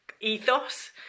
ethos